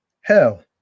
Hell